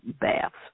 baths